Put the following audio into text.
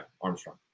Armstrong